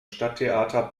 stadttheater